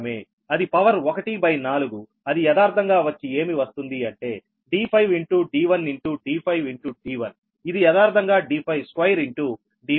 అది power 1 by 4 అది యదార్థం గా వచ్చి ఏమి వస్తుంది అంటే d5 d1 d5 d1ఇది యదార్ధంగా 2 2 12